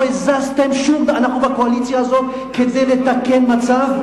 לא הזזתם שום, אנחנו בקואליציה הזאת כדי לתקן מצב.